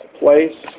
place